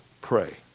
pray